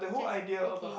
just okay